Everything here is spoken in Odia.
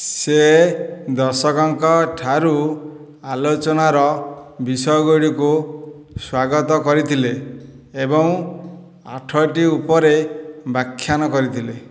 ସେ ଦର୍ଶକଙ୍କ ଠାରୁ ଆଲୋଚନାର ବିଷୟଗୁଡ଼ିକୁ ସ୍ଵାଗତ କରିଥିଲେ ଏବଂ ଆଠଟି ଉପରେ ବ୍ୟାଖ୍ୟାନ କରିଥିଲେ